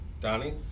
Donnie